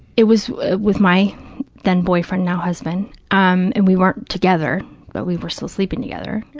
it was with my then-boyfriend, now-husband, um and we weren't together but we were still sleeping together.